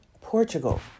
Portugal